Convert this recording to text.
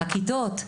הכיתות,